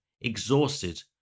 exhausted